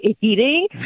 eating